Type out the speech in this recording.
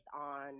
on